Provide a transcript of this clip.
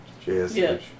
J-S-H